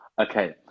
okay